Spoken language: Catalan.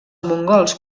mongols